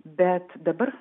bet dabar